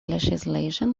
legislation